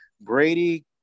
Brady